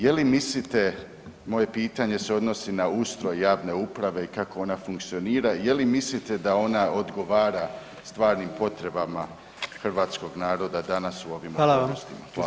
Je li mislite, moje pitanje se odnosi na ustroj javne uprave i kako ona funkcionira, je li mislite da ona odgovara stvarnim potrebama hrvatskog naroda danas u ovim [[Upadica: Hvala vam]] okolnostima?